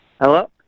Hello